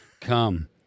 Come